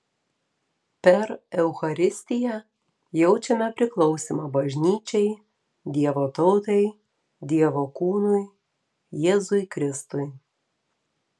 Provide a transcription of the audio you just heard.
per eucharistiją jaučiame priklausymą bažnyčiai dievo tautai dievo kūnui jėzui kristui